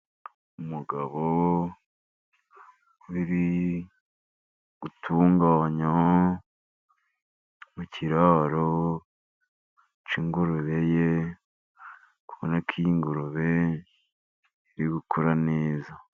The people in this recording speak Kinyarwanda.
Umugabo uri gutunganya mu kiraro cy'ingurube ye, uri kubona ko iyi ngurube iri gukura neza.